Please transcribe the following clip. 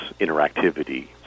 interactivity